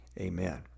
amen